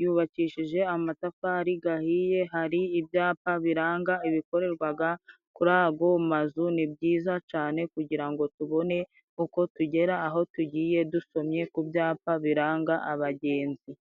yubakishije amatafari gahiye, hari ibyapa biranga ibikorerwaga kuri ago mazu. Ni byiza cane kugira ngo tubone uko tugera aho tugiye dusomye ku byapa biranga abagenzi.